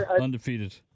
Undefeated